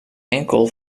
enkel